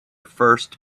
first